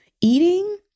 eating